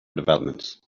developments